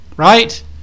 right